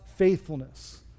faithfulness